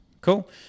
Cool